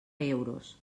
euros